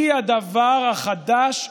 היא הדבר החדש,